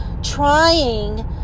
trying